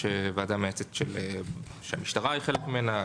יש ועדה מייעצת שהמשטרה היא חלק ממנה,